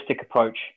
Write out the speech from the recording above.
approach